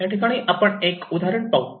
याठिकाणी आपण एक एक उदाहरण पाहू